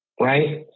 Right